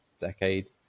decade